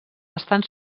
estant